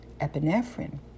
epinephrine